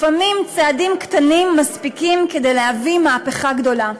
לפעמים צעדים קטנים מספיקים כדי להביא מהפכה גדולה.